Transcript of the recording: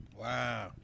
Wow